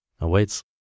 awaits